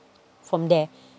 from there